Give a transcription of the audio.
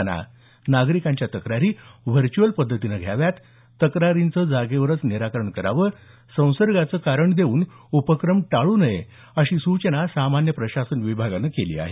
आता हा उपक्रम पुन्हा सुरू करताना नागरिकांच्या तक्रारी व्हर्च्युअल पद्धतीने घ्याव्यात तक्रारींचं जागेवरच निराकरण करावं संसर्गाचं कारण देऊन उपक्रम टाळू नये अशी सूचना सामान्य प्रशासन विभागाने केली आहे